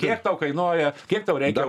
kiek tau kainuoja kiek tau reikia